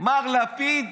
מר לפיד